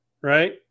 right